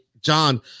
John